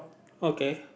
okay